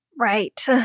Right